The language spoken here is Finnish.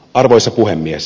arvoisa puhemies